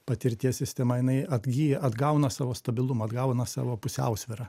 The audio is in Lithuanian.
patirties sistema jinai atgyja atgauna savo stabilumą atgauna savo pusiausvyrą